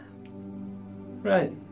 Right